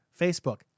Facebook